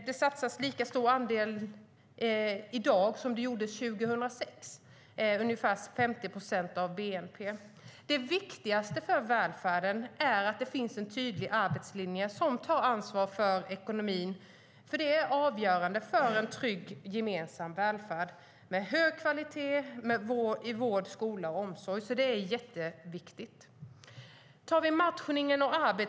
Det satsas lika stor andel i dag på välfärden som man gjorde 2006, ca 50 procent av bnp. Det viktigaste för välfärden är att det finns en tydlig arbetslinje där man tar ansvar för ekonomin. Det är avgörande för en trygg och gemensam välfärd med hög kvalitet i vård, skola och omsorg. Det är jätteviktigt.